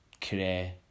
career